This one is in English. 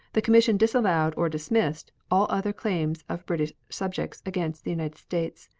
the commission disallowed or dismissed all other claims of british subjects against the united states.